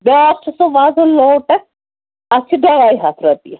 بیٛاکھ چھُ سُہ وَزُل لوٹس تَتھ چھِ ڈۄڈے ہتھ رۄپیہِ